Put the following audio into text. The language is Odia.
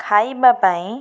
ଖାଇବା ପାଇଁ